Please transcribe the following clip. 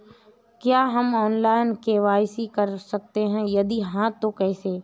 क्या हम online KYC कर सकते हैं यदि हाँ तो कैसे?